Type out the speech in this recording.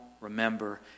remember